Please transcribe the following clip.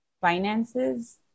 finances